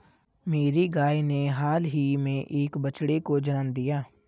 मेरी गाय ने हाल ही में एक बछड़े को जन्म दिया